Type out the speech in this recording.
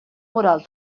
moral